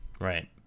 right